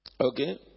Okay